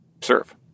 serve